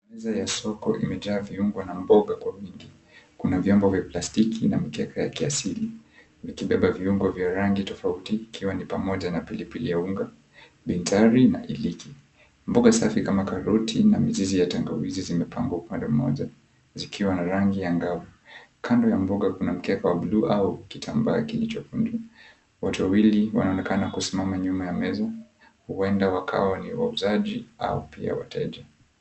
Meza ya soko imejaa viungo na mboga kwa wingi. Kuna vyombo vya plastiki na mkeka ya kiasili, vikibeba viungo vya rangi tofauti ikiwa ni pamoja na pilipili ya unga, binzari na iliki. Mboga safi kama karoti na mizizi ya tangawizi zimepangwa upande mmoja, zikiwa na rangi angavu. Kando ya mboga kuna mkeka wa buluu au kitambaa kilichokunjwa. Watu wawili wanaonekana kusimama nyuma ya meza, huenda wakawa ni wauzaji au pia wateja.